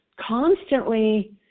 Constantly